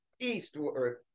eastward